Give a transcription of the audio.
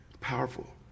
powerful